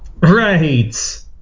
right